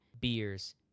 beers